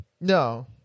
No